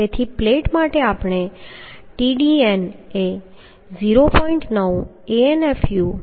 તેથી પ્લેટ માટે આપણે Tdn એ 0